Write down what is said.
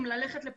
כולל בה"ד 1,